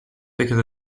because